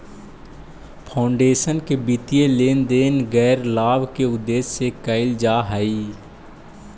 foundation के वित्तीय लेन देन गैर लाभ के उद्देश्य से कईल जा हई